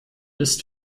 ist